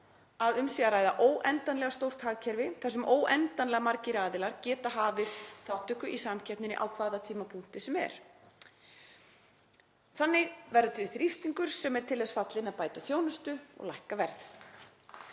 að um sé að ræða óendanlega stórt hagkerfi þar sem óendanlega margir aðilar geta hafið þátttöku í samkeppninni á hvaða tímapunkti sem er. Þannig verður til þrýstingur sem er til þess fallinn að bæta þjónustu og lækka verð.